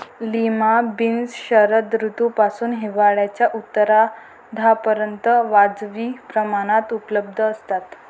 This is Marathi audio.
लिमा बीन्स शरद ऋतूपासून हिवाळ्याच्या उत्तरार्धापर्यंत वाजवी प्रमाणात उपलब्ध असतात